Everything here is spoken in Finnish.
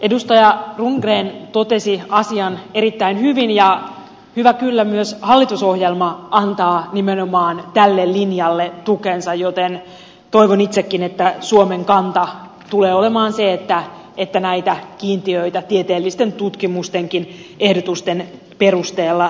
edustaja rundgren totesi asian erittäin hyvin ja hyvä kyllä myös hallitusohjelma antaa nimenomaan tälle linjalle tukensa joten toivon itsekin että suomen kanta tulee olemaan se että näitä kiintiöitä tieteellisten tutkimustenkin ehdotusten perusteella leikataan